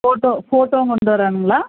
photo ஃபோட்டோவும் கொண்டு வரணுங்களா